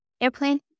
airplane